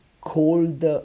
cold